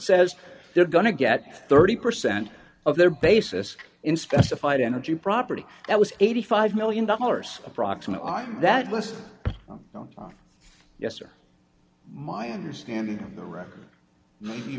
says they're going to get thirty percent of their basis in specified energy property that was eighty five million dollars approximately on that list yes or my understanding of the record